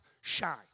shine